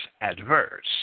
adverse